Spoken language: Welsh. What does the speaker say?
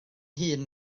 hŷn